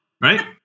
right